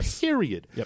period